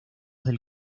del